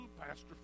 Pastor